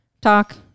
talk